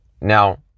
Now